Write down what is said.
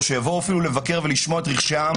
או שיבואו אפילו לבקר ולשמוע את רחשי העם